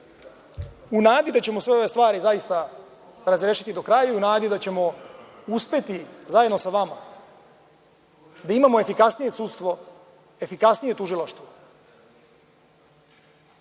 nadi da ćemo sve ove stvari zaista razrešiti do kraja i u nadi da ćemo uspeti zajedno sa vama da imamo efikasnije sudstvo, efikasnije tužilaštvo.